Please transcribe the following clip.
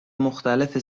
مختلف